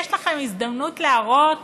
יש לכם הזדמנות להראות